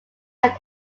had